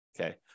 Okay